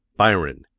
byron,